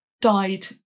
died